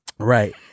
Right